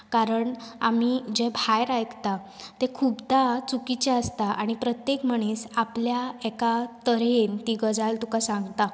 कारण आमी जें भायर आयकता तें खुबदां चुकीचें आसता आनी प्रत्येक मनीस आपल्या एका तरेन ती गजाल तुका सांगता